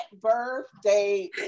birthday